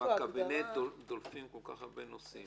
מהקבינט דולפים כל כך הרבה נושאים.